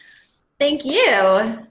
thank you.